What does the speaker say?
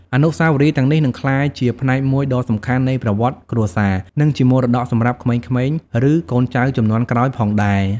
អនុស្សាវរីយ៍ទាំងនេះនឹងក្លាយជាផ្នែកមួយដ៏សំខាន់នៃប្រវត្តិគ្រួសារ និងជាមរតកសម្រាប់ក្មេងៗឬកូនចៅជំនាន់ក្រោយផងដែរ ។